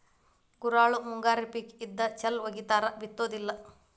ಗುರೆಳ್ಳು ಮುಂಗಾರಿ ಪಿಕ್ ಇದ್ದ ಚಲ್ ವಗಿತಾರ ಬಿತ್ತುದಿಲ್ಲಾ